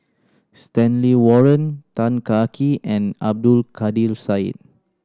Stanley Warren Tan Kah Kee and Abdul Kadir Syed